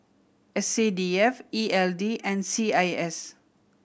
S C D F E L D and C I S